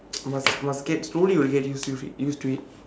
must must get slowly will get used to it used to it